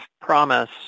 promise